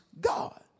God